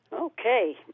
Okay